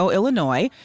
Illinois